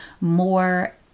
more